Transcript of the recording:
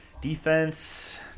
Defense